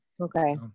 okay